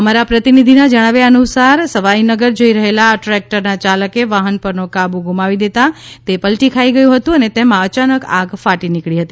અમારા પ્રતિનિધિના જણાવ્યા અનુસાર સવાઈનગર જઇ રહેલા આ ટ્રેક્ટરના ચાલકે વાહન પરનો કાબૂ ગુમાવી દેતાં તે પલટી ખાઈ ગયું હતું અને તેમાં અયાનક આગ ફાટી નીકળી હતી